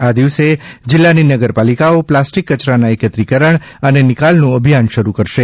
આ દિવસે જિલ્લાની નગર પાલિકાઓ પ્લાસ્ટિક કચરાના એકત્રીકરણ અને નિકાલનું અભિયાન શરૂ કરશે